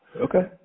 Okay